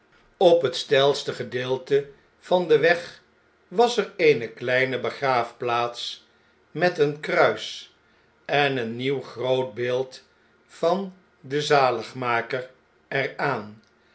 op het steilste gedeelte van den weg was er eene kleine begraafplaats met een kruis en een nieuw groot beeld van den zaligmaker er